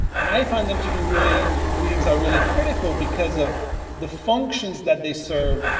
and i find them to be really, greetings are really critical because of the functions that they serve,